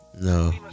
No